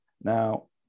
Now